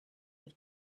have